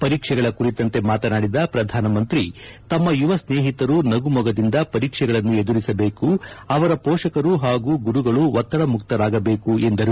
ಪರೀಕ್ಷೆಗಳ ಕುರಿತಂತೆ ಮಾತನಾಡಿದ ಪ್ರಧಾನಮಂತ್ರಿ ತಮ್ಮ ಯುವ ಸ್ನೇಹಿತರು ನಗುಮೊಗದಿಂದ ಪರೀಕ್ಷೆಗಳನ್ನು ಎದುರಿಸಬೇಕು ಅವರ ಪೋಷಕರು ಹಾಗೂ ಗುರುಗಳು ಒತ್ತದ ಮುಕ್ತರಾಗಬೇಕು ಎಂದರು